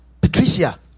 Patricia